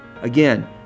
Again